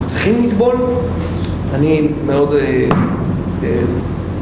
צריכים לטבול? אני מאוד אההההההההההההההה